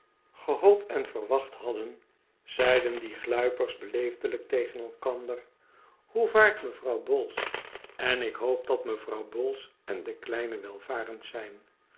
drijft en verwacht hadden zeiden die gluipers beleefdelijk tegen elkander hoe vaart mevrouw boles en ik hoop dat mevrouw boles en de kleine welvarend zijn